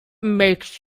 makes